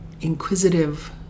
inquisitive